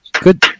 Good